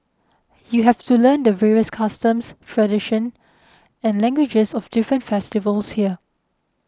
you have to learn the various customs tradition and languages of different festivals here